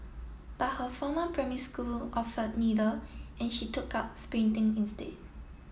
but her former primary school offered neither and she took up sprinting instead